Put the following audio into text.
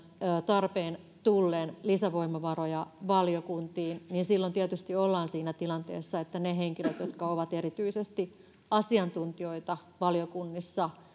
tarpeen tullen lisävoimavaroja valiokuntiin niin silloin tietysti ollaan siinä tilanteessa että ne henkilöt jotka ovat erityisesti asiantuntijoita valiokunnissa